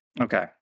okay